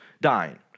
dying